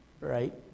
right